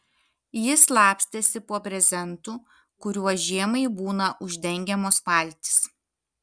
jis slapstėsi po brezentu kuriuo žiemai būna uždengiamos valtys